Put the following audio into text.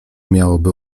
miałoby